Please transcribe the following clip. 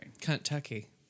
Kentucky